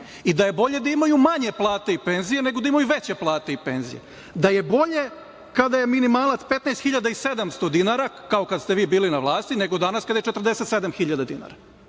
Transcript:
i da je bolje da imaju manje plate i penzije nego da imaju veće plate i penzije, da je bolje kada je minimalac 15.700 dinara, kao kada ste vi bili na vlasti, nego danas kada je 47.000 dinara. Vi